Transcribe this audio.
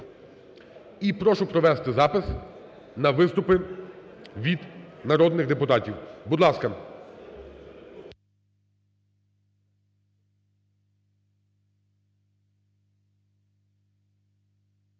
і прошу провести запис на виступи від народних депутатів. Будь ласка.